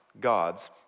God's